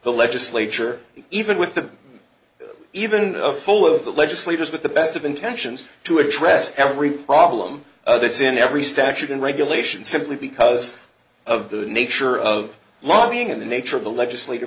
the legislature even with the even of full of the legislators with the best of intentions to address every problem that's in every statute and regulation simply because of the nature of lobbying and the nature of the legislat